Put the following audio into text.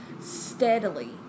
steadily